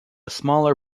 smaller